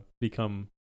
become